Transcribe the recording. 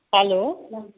hello